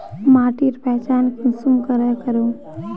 माटिर पहचान कुंसम करे करूम?